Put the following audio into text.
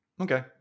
Okay